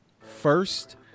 First